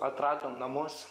atradom namus